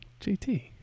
JT